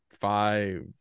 five